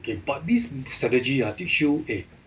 okay but this strategy ah did show eh